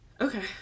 Okay